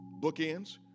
Bookends